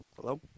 hello